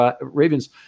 Ravens